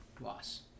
loss